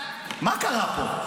מה קרה פה?